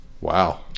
Wow